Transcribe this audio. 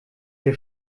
wir